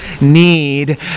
need